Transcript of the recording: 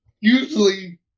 usually